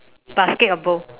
basket or bowl